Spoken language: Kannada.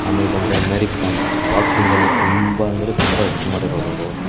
ಆಮೇಲೆ ಬಂದರೆ ಮೇರಿ ಕೋಮ್ ಬಾಕ್ಸಿಂಗಲ್ಲಿ ತುಂಬ ಅಂದರೆ ತುಂಬ ಹೆಸರು ಮಾಡಿರೋರವರು